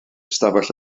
ystafell